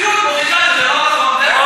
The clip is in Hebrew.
המציאות מוכיחה שזה לא נכון.